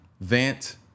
vent